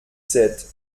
sept